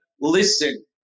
listen